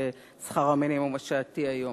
זה שכר המינימום השעתי היום.